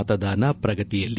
ಮತದಾನ ಪ್ರಗತಿಯಲ್ಲಿ